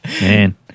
man